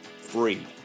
free